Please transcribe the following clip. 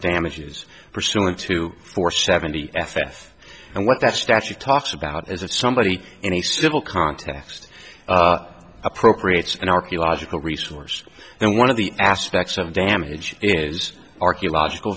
damages pursuant to or seventy f f and what that statute talks about as if somebody in a civil context appropriates an archaeological resource and one of the aspects of damage is archaeological